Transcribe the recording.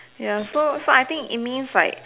ya so so I think it means like